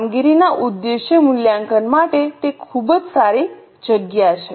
કામગીરીના ઉદ્દેશ્ય મૂલ્યાંકન માટે તે ખૂબ જ સારી જગ્યા છે